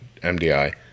MDI